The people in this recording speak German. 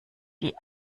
die